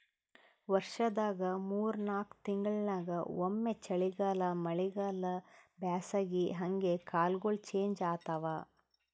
ವರ್ಷದಾಗ್ ಮೂರ್ ನಾಕ್ ತಿಂಗಳಿಂಗ್ ಒಮ್ಮ್ ಚಳಿಗಾಲ್ ಮಳಿಗಾಳ್ ಬ್ಯಾಸಗಿ ಹಂಗೆ ಕಾಲ್ಗೊಳ್ ಚೇಂಜ್ ಆತವ್